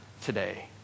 today